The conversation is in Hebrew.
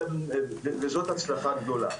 וזאת הצלחה גדולה.